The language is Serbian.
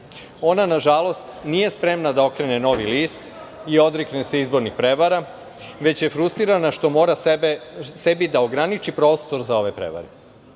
Ona nažalost nije spremna da okrene novi list i odrekne se izbornih prevara, već je frustrirana što mora sebi da ograniči prostor za ove prevare.